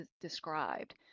described